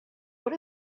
what